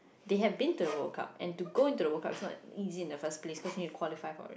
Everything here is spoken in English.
they have been to the World-Cup and to go into the World-Cup is not easy in the first place cause you need to qualify for it